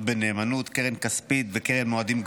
בנאמנות (קרן כספית וקרן מועדים קבועים),